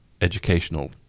educational